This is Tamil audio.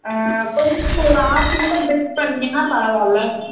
கொஞ்சம் ஒரு ஆஃப் னவர் வெயிட் பண்ணிங்கன்னால் பரவாயில்ல